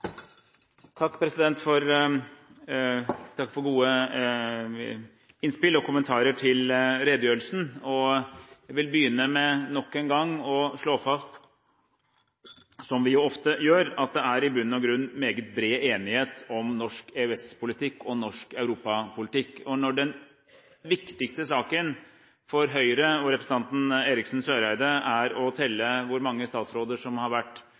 Takk for gode innspill og kommentarer til redegjørelsen. Jeg vil begynne med nok en gang å slå fast – som vi ofte gjør – at det i bunn og grunn er meget bred enighet om norsk EØS-politikk og norsk Europa-politikk. Når den viktigste saken for Høyre og representanten Eriksen Søreide er å telle hvor mange statsråder som har vært